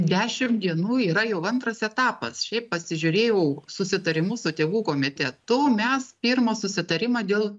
dešimt dienų yra jau antras etapas šiaip pasižiūrėjau susitarimus su tėvų komitetu mes pirmą susitarimą dėl